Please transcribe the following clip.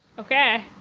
okay,